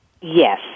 Yes